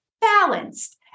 balanced